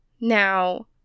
Now